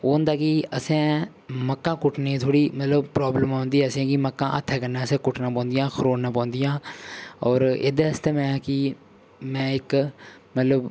ओह् होंदा कि असें मक्कां कुट्टने थोह्ड़ी प्राब्लम औंदी असेंगी मक्कां हत्थें कन्नै असें कुट्टना पौंदिया खरोड़ने पौंदिया होर एह्दे आस्तै मैं कि मैं इक मतलब